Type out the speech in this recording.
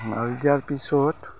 মাৰি দিয়াৰ পিছত